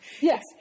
Yes